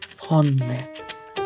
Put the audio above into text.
fondness